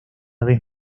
vez